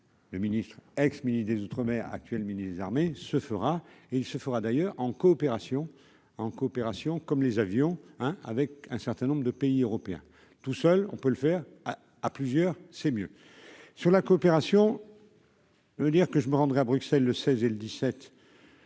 le ministre et ex-ministre des Outre-Mer, actuel ministre des armées se fera et il se fera d'ailleurs en coopération en coopération comme les avions, hein, avec un certain nombre de pays européens, tout seul, on peut le faire à plusieurs, c'est mieux sur la coopération. Je veux dire que je me rendrai à Bruxelles le 16 et le 17.